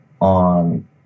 on